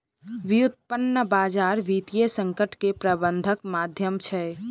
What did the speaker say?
व्युत्पन्न बजार वित्तीय संकट के प्रबंधनक माध्यम छै